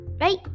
right